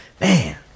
man